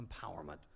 empowerment